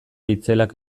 itzelak